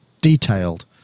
detailed